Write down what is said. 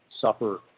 suffer